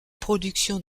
production